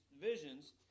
visions